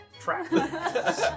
Track